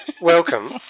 welcome